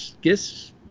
guess